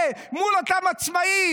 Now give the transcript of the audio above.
בכוסות חד-פעמיות כפולות מול אותם עצמאים.